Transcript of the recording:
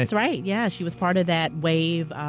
that's right, yeah. she was part of that wave.